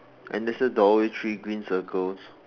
and there's a door with three green circles